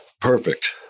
perfect